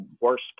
worse